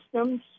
systems